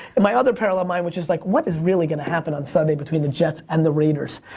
in my other parallel mind, which is like, what is really gonna happen on sunday between the jets and the raiders?